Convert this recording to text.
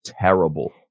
terrible